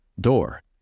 door